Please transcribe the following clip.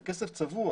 זה כסף צבוע,